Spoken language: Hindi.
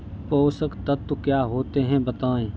पोषक तत्व क्या होते हैं बताएँ?